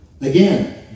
Again